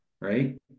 right